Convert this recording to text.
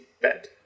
bed